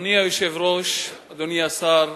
אדוני היושב-ראש, אדוני השר,